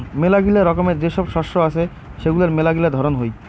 মেলাগিলা রকমের যে সব শস্য আছে সেগুলার মেলাগিলা ধরন হই